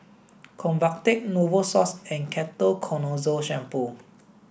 Convatec Novosource and Ketoconazole shampoo